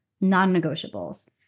non-negotiables